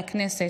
לכנסת.